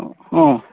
ಹ್ಞೂ